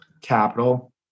capital